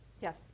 Yes